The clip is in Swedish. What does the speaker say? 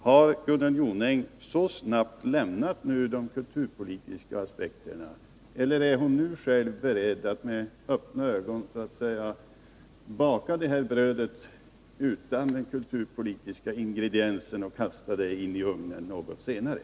Har Gunnel Jonäng så snabbt lämnat de kulturpolitiska aspekterna, eller är hon nu själv beredd att med öppna ögon så att säga baka detta bröd utan den kulturpolitiska ingrediensen, och något senare kasta det in i ugnen?